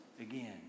again